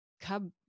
cub